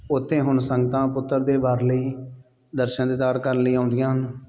ਉੱਥੇ ਹੁਣ ਸੰਗਤਾਂ ਪੁੱਤਰ ਦੇ ਵਰ ਲਈ ਦਰਸ਼ਨ ਦੀਦਾਰ ਕਰਨ ਲਈ ਆਉਂਦੀਆਂ ਹਨ